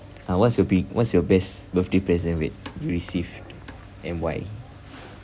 uh what's your bi~ what's your best birthday present where you received and why